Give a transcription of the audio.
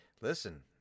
Listen